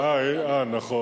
נכון,